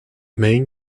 main